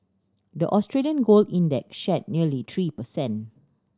the Australian gold index shed nearly three per cent